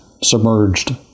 submerged